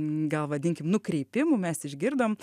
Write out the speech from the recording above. gal vadinkim nukreipimų mes išgirdom